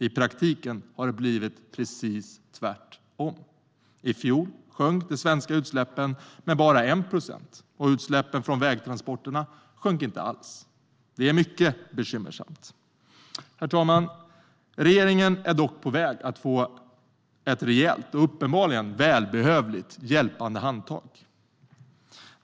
I praktiken har det blivit precis tvärtom. I fjol sjönk de svenska utsläppen med bara 1 procent, och utsläppen från vägtransporterna sjönk inte alls. Det är mycket bekymmersamt. Herr talman! Regeringen är dock på väg att få ett rejält och uppenbarligen välbehövligt handtag.